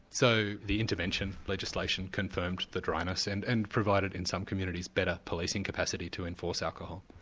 so the intervention legislation confirmed the dryness and and provided, in some communities, better policing capacity to enforce alcohol.